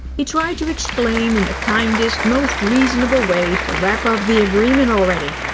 he tried to explain in the kindest, most reasonable way to wrap up the agreement already.